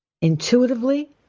intuitively